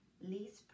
least